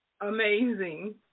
Amazing